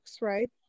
right